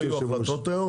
תודה רבה.